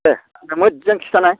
दे आंनो मोज्जां खिथानाय